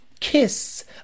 kiss